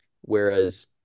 Whereas